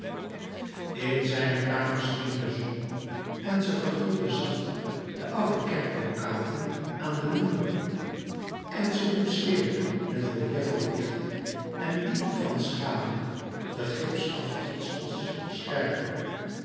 in zijne kamer scheen de zon en ze verguldde zacht de oude kerkbrokaten aan den muur en ze boetseerde met relief van licht en diepte van schaduw de gips afgietsels scherper